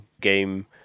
game